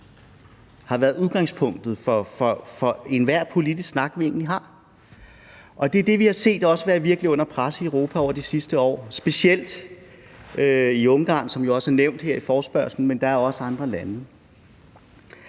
har været udgangspunktet for enhver politisk snak, som vi egentlig har, har vi også virkelig set være under pres i Europa over de sidste år, specielt i Ungarn, som jo også er nævnt her i forespørgslen, men der er også andre lande.